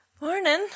Morning